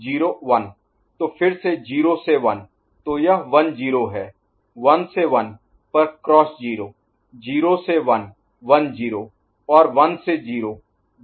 तो फिर से 0 से 1 तो यह 1 0 है 1 से 1 पर क्रॉस 0 0 से 1 1 0 और 1 से 0 0 1